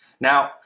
Now